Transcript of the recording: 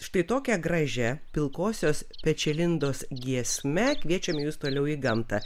štai tokia gražia pilkosios pečialindos giesme kviečiame jus toliau į gamtą